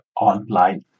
online